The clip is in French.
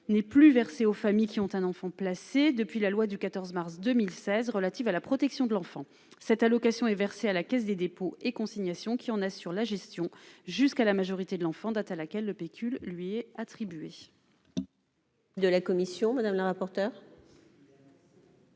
n'est plus versée aux familles qui ont un enfant placé depuis la loi du 14 mars 2016 relative à la protection de l'enfant, cette allocation est versée à la Caisse des dépôts et consignations, qui en assure la gestion jusqu'à la majorité de l'enfant, date à laquelle le pécule lui est attribué.